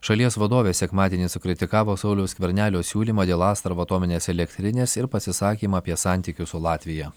šalies vadovė sekmadienį sukritikavo sauliaus skvernelio siūlymą dėl astravo atominės elektrinės ir pasisakymą apie santykius su latvija